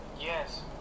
Yes